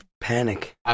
panic